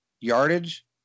yardage